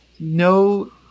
No